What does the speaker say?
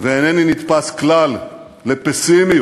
ואינני נתפס כלל לפסימיות.